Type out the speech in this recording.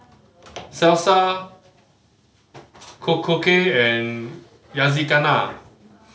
Salsa Korokke and Yakizakana